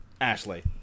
Ashley